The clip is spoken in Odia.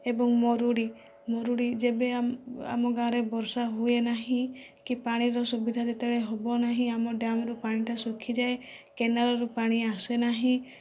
ଏବଂ ମରୁଡ଼ି ମରୁଡ଼ି ଯେବେ ଆମ ଗାଁରେ ବର୍ଷା ହୁଏ ନାହିଁ କି ପାଣିର ସୁବିଧା ଯେତେବେଳେ ହେବ ନାହିଁ ଆମ ଡ୍ୟାମ୍ରୁ ପାଣିଟା ଶୁଖିଯାଏ କେନାଲରୁ ପାଣି ଆସେ ନାହିଁ